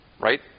right